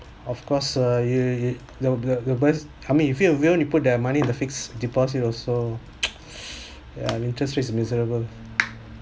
of course err you you your your best I mean you feel you put that money in the fixed deposit also interest rates miserable